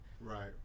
Right